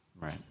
Right